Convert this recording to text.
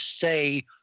say